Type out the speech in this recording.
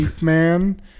man